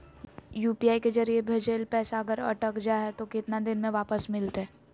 UPI के जरिए भजेल पैसा अगर अटक जा है तो कितना दिन में वापस मिलते?